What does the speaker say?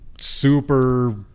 super